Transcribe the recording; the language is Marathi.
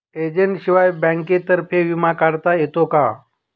एजंटशिवाय बँकेतर्फे विमा काढता येतो का?